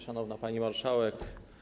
Szanowna Pani Marszałek!